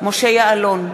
משה יעלון,